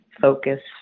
focus